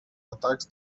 atacs